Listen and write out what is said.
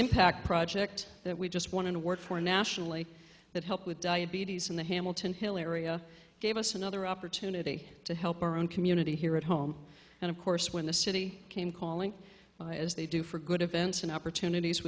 impact project that we just want to work for nationally that help with diabetes in the hamilton hill area gave us another opportunity to help our own community here at home and of course when the city came calling as they do for good events and opportunities